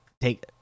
Take